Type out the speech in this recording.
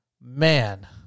man